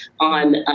on